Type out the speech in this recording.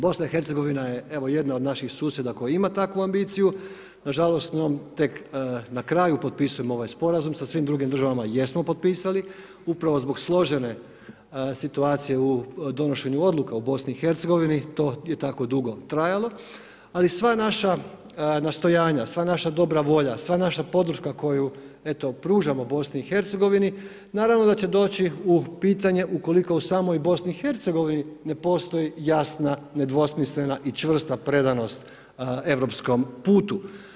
BiH je jedna od naših susjeda koja ima takvu ambiciju, nažalost tek na kraju potpisujemo ovaj sporazum, sa svim drugim državama jesmo potpisali upravo zbog složene situacija u donošenju odluka u BiH to je tako dugo trajalo, ali sva naša nastojanja, sva naša dobra volja, sva naša podrška koju eto pružamo BiH naravno da će doći u pitanje ukoliko u samoj BiH ne postoji jasna nedvosmislena i čvrsta predanost europskom putu.